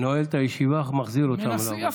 נועל את הישיבה, אך מחזיר אותם לעבודה.